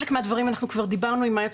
ועל חלק מהדברים אנחנו כבר דיברנו עם היועץ